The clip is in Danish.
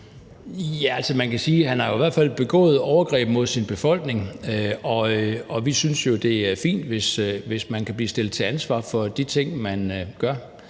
Altså, man kan sige, at han i hvert fald har begået overgreb mod sin befolkning, og vi synes jo, det er fint, hvis man kan blive stillet til ansvar for de ting, man gør.